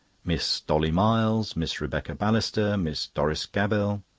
miss dolly miles, miss rebecca balister, miss doris gabell.